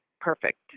perfect